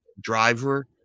driver